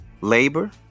Labor